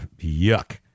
yuck